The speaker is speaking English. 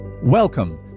Welcome